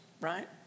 right